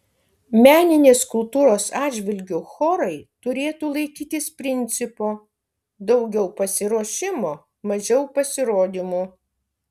meninės kultūros atžvilgiu chorai turėtų laikytis principo daugiau pasiruošimo mažiau pasirodymų